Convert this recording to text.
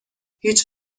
هیچ